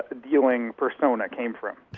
ah dealing persona came from.